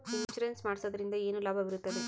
Insurance ಮಾಡೋದ್ರಿಂದ ಏನು ಲಾಭವಿರುತ್ತದೆ?